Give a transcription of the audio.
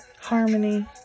harmony